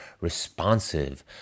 responsive